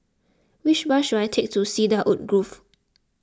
which bus should I take to Cedarwood Grove